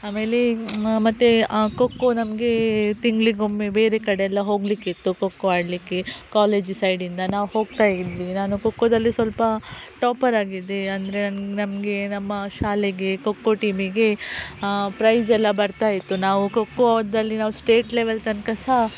ಆಮೇಲೆ ಮತ್ತು ಖೋಖೋ ನಮಗೆ ತಿಂಗಳಿಗೊಮ್ಮೆ ಬೇರೆ ಕಡೆ ಎಲ್ಲ ಹೋಗಲಿಕ್ಕಿತ್ತು ಖೋಖೋ ಆಡಲಿಕ್ಕೆ ಕಾಲೇಜ್ ಸೈಡಿಂದ ನಾವು ಹೋಗ್ತಾಯಿದ್ವಿ ನಾನು ಖೋಖೋದಲ್ಲಿ ಸ್ವಲ್ಪ ಟಾಪರ್ ಆಗಿದ್ದೆ ಅಂದರೆ ನನ್ಗೆ ನಮಗೆ ನಮ್ಮ ಶಾಲೆಗೆ ಖೋಖೋ ಟೀಮಿಗೆ ಪ್ರೈಸ್ ಎಲ್ಲ ಬರ್ತಾಯಿತ್ತು ನಾವು ಖೋಖೋದಲ್ಲಿ ನಾವು ಸ್ಟೇಟ್ ಲೆವೆಲ್ ತನಕ ಸಹ